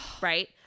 Right